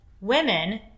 women